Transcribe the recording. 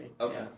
Okay